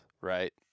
right